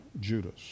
Judas